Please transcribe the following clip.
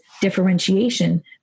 differentiation